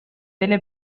delle